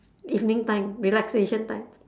evening time relaxation time